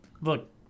Look